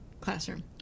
classroom